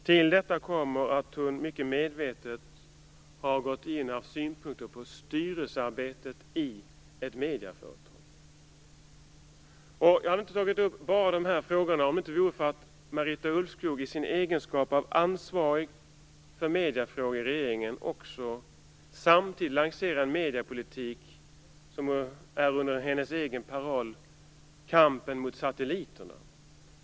Till detta kommer att hon mycket medvetet har gått in och haft synpunkter på styrelsearbetet i ett medieföretag. Jag hade inte tagit upp dessa frågor om det inte vore för att Marita Ulvskog i sin egenskap av ansvarig för mediefrågor i regeringen samtidigt lanserar en mediepolitik som är under hennes egen paroll: Kampen mot satelliterna.